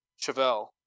chevelle